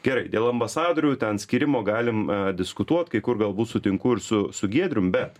gerai dėl ambasadorių skyrimo galim a diskutuot kai kur galbūt sutinku ir su su giedrium bet